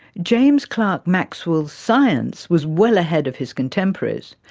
james clerk maxwell's science was well ahead of his contemporaries.